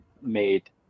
made